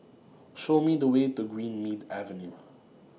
Show Me The Way to Greenmead Avenue